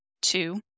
Two